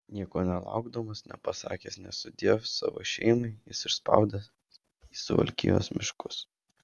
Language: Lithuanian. nieko nelaukdamas nepasakęs nė sudiev savo šeimai jis išspaudęs į suvalkijos miškus